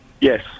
Yes